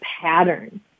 pattern